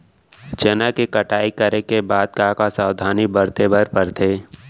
चना के कटाई करे के बाद का का सावधानी बरते बर परथे?